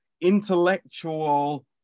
intellectual